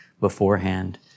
beforehand